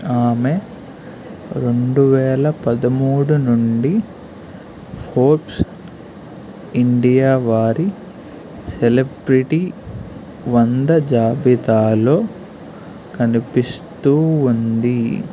ఆమె రెండువేల పదమూడు నుండి ఫోర్బ్స్ ఇండియా వారి సెలబ్రిటీ వంద జాబితాలో కనిపిస్తూ ఉంది